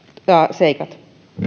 seikat